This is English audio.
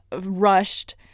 rushed